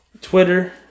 Twitter